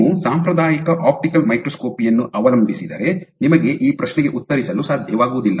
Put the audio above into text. ನೀವು ಸಾಂಪ್ರದಾಯಿಕ optical microscopy ಯನ್ನು ಅವಲಂಬಿಸಿದರೆ ನಿಮಗೆ ಆ ಪ್ರಶ್ನೆಗೆ ಉತ್ತರಿಸಲು ಸಾಧ್ಯವಾಗುವುದಿಲ್ಲ